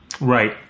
Right